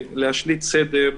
ולהשליט סדר,